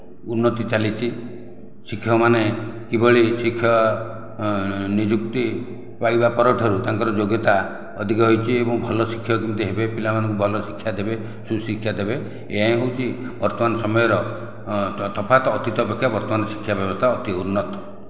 ଉନ୍ନତି ଚାଲିଛି ଶିକ୍ଷକ ମାନେ କିଭଳି ଶିକ୍ଷା ନିଯୁକ୍ତି ପାଇବା ପରଠାରୁ ତାଙ୍କର ଯୋଗ୍ୟତା ଅଧିକ ରହିଛି ଏବଂ ଭଲ ଶିକ୍ଷକ କେମିତି ହେବେ ପିଲାମାନଙ୍କୁ ଭଲ ଶିକ୍ଷା ଦେବେ ସୁଶିକ୍ଷା ଦେବେ ଏହା ହେଉଛି ବର୍ତ୍ତମାନ ସମୟର ତଫାତ ଅତୀତ ଅପେକ୍ଷା ବର୍ତ୍ତମାନର ଶିକ୍ଷା ବ୍ୟବସ୍ଥା ଅତି ଉନ୍ନତ